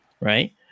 right